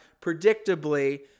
predictably